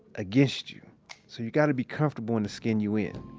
against you, so you gotta be comfortable in the skin you in.